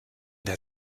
der